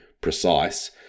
precise